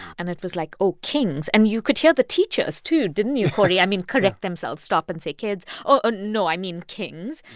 and it was like, oh, kings. and you could hear the teachers too didn't you, cory i mean, correct themselves, stop and say, kids, oh, no, i mean kings.